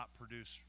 produce